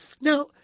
Now